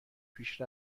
پیش